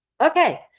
Okay